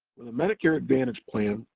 with a medicare advantage plan,